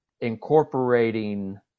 incorporating